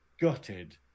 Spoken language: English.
gutted